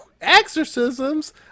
Exorcisms